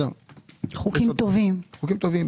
חוקים טובים.